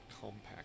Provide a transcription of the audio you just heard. compact